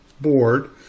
board